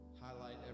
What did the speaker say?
Highlight